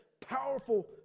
powerful